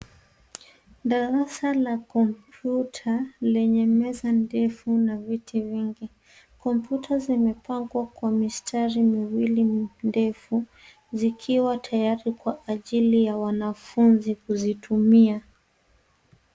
Darasa la kompyuta lenye meza ndefu na viti vingi. Kompyuta zimepangwa kwa mistari miwili ndefu zikiwa tayari kwa ajili ya wanafunzi kuzitumia.